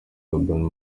urban